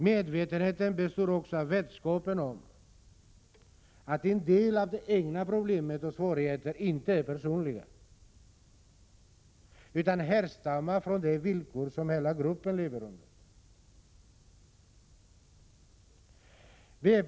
Medvetenheten består också av vetskapen om att en del av de egna problemen och svårigheterna inte är personliga utan härstammar från de villkor som hela gruppen lever under.